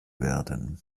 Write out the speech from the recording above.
werden